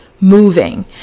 moving